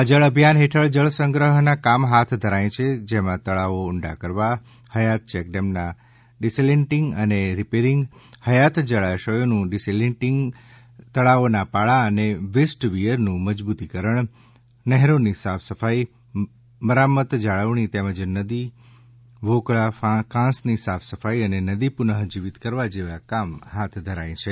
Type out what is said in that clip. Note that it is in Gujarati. આ જળ અભિયાન હેઠળ જળસંગ્રહના કામ હાથ ધરાય છે જેમાં તળાવો ઊંડા કરવા હયાત ચેકડેમના ડિસીલ્ટીંગ અને રિપેરીંગ હયાત જળાશયોનું ડિસીલ્ટીંગ તળાવોના પાળા અને વેસ્ટ વિયરનું મજબૂતીકરણ નહેરોની સાફસફાઇ મરામત જાળવણી તેમજ નદી વોકળા કાંસની સાફસફાઇ અને નદી પૂન જિવીત કરવા જેવા કામ હાથ ધરાય છે